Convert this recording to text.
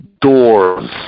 doors